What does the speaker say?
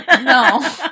no